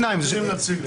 יש פה נציג ממשרד המשפטים?